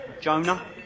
Jonah